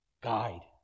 guide